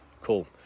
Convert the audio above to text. Cool